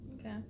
Okay